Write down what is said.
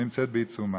שנמצאת בעיצומה.